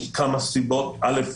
מכמה סיבות: א.